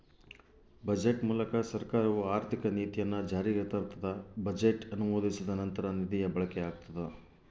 budget ಮೂಲಕ ಸರ್ಕಾರವು ಆರ್ಥಿಕ ನೀತಿಯನ್ನು ಜಾರಿಗೆ ತರ್ತದ ಬಜೆಟ್ ಅನುಮೋದಿಸಿದ ನಂತರ ನಿಧಿಯ ಬಳಕೆಯಾಗ್ತದ